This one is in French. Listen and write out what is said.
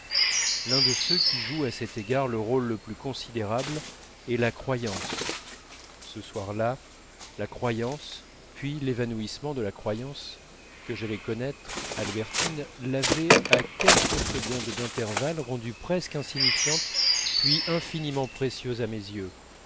l'un de ceux qui jouent à cet égard le rôle le plus considérable est la croyance ce soir-là la croyance puis l'évanouissement de la croyance que j'allais connaître albertine l'avait à quelques secondes d'intervalle rendue presque insignifiante puis infiniment précieuse à mes yeux